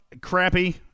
crappy